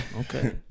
Okay